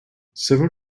several